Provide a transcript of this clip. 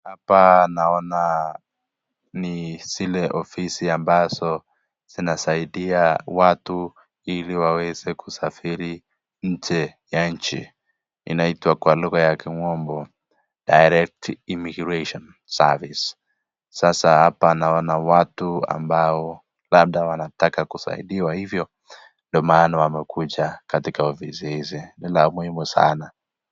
Apa naona ni zile ofisi ambazo zinasaidia watu ili waweze kusafiri nje ya nchi, inaitwa kwa lugha ya kimombo direct immigration service ,sasa apa naona watu ambao labda wanataka kusaidiwa hivyo, ndio maana wamekuja katika ofisi hizi ni la muhimu sana.